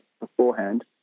beforehand